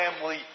family